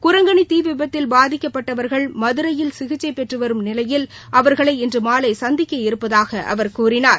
குரங்கணி தீ விபத்தில் பாதிக்கப்பட்டவர்கள் மதுரையில் சிகிச்சை பெற்று வரும் நிலையில் அவர்களை இன்று மாலை சந்திக்க இருப்பதாக அவர் கூறினார்